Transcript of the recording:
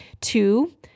Two